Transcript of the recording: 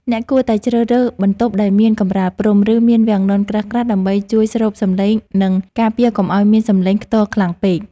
អ្នកគួរតែជ្រើសរើសបន្ទប់ដែលមានកម្រាលព្រំ ឬមានវាំងននក្រាស់ៗដើម្បីជួយស្រូបសំឡេង និងការពារកុំឱ្យមានសំឡេងខ្ទរខ្លាំងពេក។